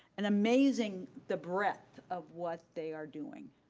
and amazing, the breadth of what they are doing,